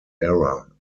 era